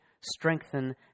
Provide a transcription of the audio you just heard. strengthen